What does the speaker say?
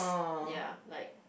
ya like